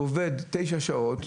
הוא עובד תשע שעות,